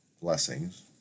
Blessings